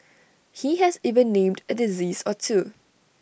he has even named A disease or two